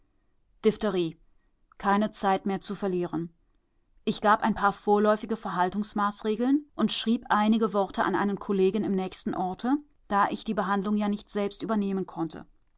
keine zeit mehr zu verlieren ich gab ein paar vorläufige verhaltungsmaßregeln und schrieb einige worte an einen kollegen im nächsten orte da ich die behandlung ja nicht selbst übernehmen konnte